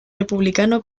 republicano